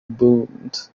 boomed